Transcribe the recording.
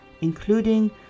including